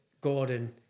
Gordon